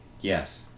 Yes